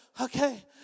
okay